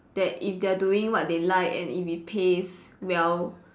that if they are doing what they like and if it pays well